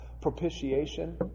Propitiation